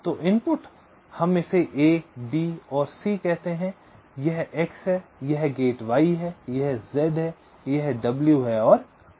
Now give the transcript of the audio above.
तो इनपुट हम इसे a b और c कहते हैं यह x है यह गेट y है यह z है यह w है और आउटपुट f है